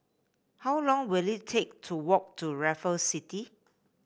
how long will it take to walk to Raffles City